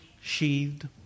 sheathed